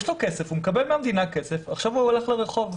הוא מקבל מהמדינה כסף, ועכשיו הוא הולך לרחוב.